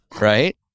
right